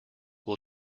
will